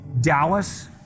Dallas